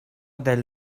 del